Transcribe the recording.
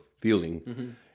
feeling